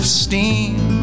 steam